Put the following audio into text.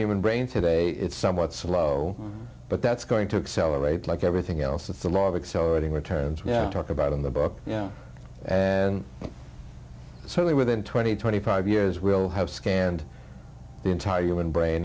human brain today it's somewhat slow but that's going to accelerate like everything else with a lot of accelerating returns we talk about in the book you know and certainly within twenty twenty five years we'll have scanned the entire human brain